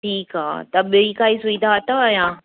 ठीकु आहे त ॿी काई सुविधा अथव यां